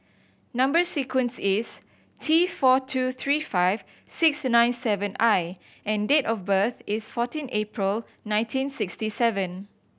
number sequence is T four two three five six nine seven I and date of birth is fourteen April nineteen sixty seven